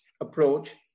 approach